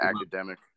academic